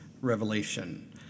revelation